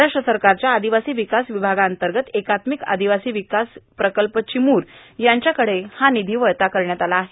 महाराष्ट्र सरकारच्या अदिवासी विकास विभागामार्फत एकात्मिक आदिवासी विकास प्रकल्प चिमूर यांच्याकडे हा निधी वळता करण्यात आला आहे